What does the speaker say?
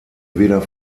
weder